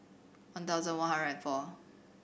one thousand one hundred and four